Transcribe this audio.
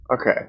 Okay